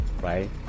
right